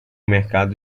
mercado